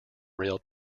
rail